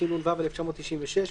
התשנ"ו 1996,